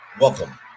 welcome